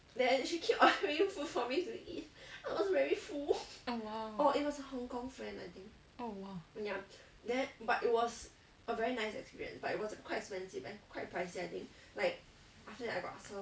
oh !wow! oh !wow!